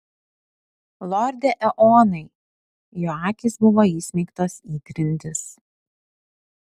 lorde eonai jo akys buvo įsmeigtos į grindis